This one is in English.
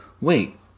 wait